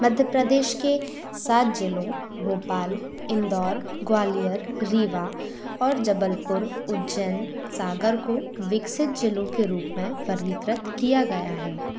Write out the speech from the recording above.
मध्य प्रदेश के सात जिलों भोपाल इंदौर ग्वालियर रीवा और जबलपुर उज्जैन सागर को विकसित जिलों के रूप में वर्गीकृत किया गया है